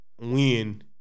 Win